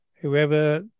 whoever